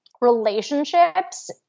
relationships